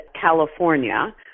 California